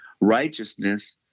Righteousness